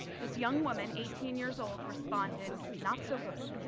this young woman eighteen years old responded not so good.